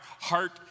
heart